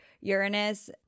Uranus